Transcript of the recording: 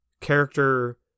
character